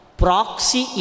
proxy